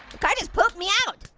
car just pooped me out.